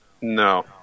No